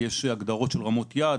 כי יש הגדרות של רמות יעד,